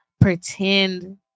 pretend